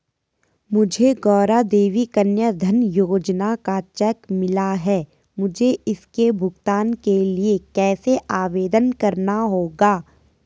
मुझे गौरा देवी कन्या धन योजना का चेक मिला है मुझे इसके भुगतान के लिए कैसे आवेदन करना होगा?